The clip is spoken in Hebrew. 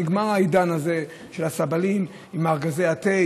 נגמר העידן הזה של הסבלים עם ארגזי התה